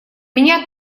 меня